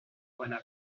buena